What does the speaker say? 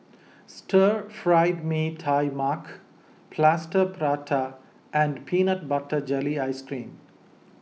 Stir Fried Mee Tai Mak Plaster Prata and Peanut Butter Jelly Ice Cream